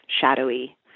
shadowy